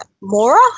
Mora